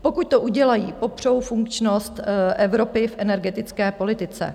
Pokud to udělají, popřou funkčnost Evropy v energetické politice.